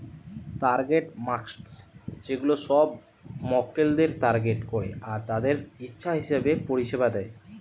target markets সেগুলা সব মক্কেলদের টার্গেট করে আর তাদের ইচ্ছা হিসাবে পরিষেবা দেয়